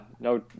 no